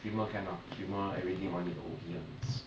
streamer can lah streamer everything all need to O_P [one]